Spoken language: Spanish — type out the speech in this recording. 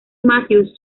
matthews